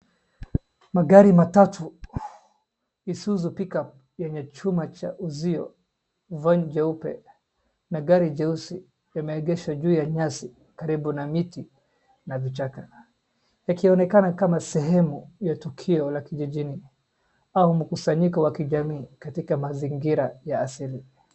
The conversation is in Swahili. Magari matatu, Isuzu Pickup yenye chuma ya uzio, Van jeupe na gari jeusi limeegeshwa juu ya nyasi karibu na miti na vichaka. Yakionekana kama sehemu ya tukio la kijijini au mkusanyiko wa kijamii katika mazingira ya asili.